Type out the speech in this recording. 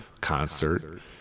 concert